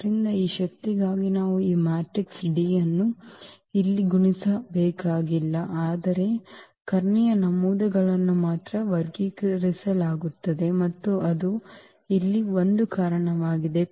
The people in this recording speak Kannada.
ಆದ್ದರಿಂದ ಈ ಶಕ್ತಿಗಾಗಿ ನಾವು ಈ ಮೆಟ್ರಿಕ್ಸ್ D ಅನ್ನು ಇಲ್ಲಿ ಗುಣಿಸಬೇಕಾಗಿಲ್ಲ ಆದರೆ ಕರ್ಣೀಯ ನಮೂದುಗಳನ್ನು ಮಾತ್ರ ವರ್ಗೀಕರಿಸಲಾಗುತ್ತದೆ ಮತ್ತು ಅದು ಇಲ್ಲಿ ಒಂದು ಕಾರಣವಾಗಿದೆ